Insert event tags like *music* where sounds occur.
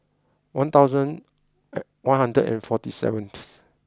one thousand *hesitation* one hundred and forty seventh